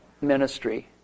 ministry